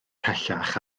pellach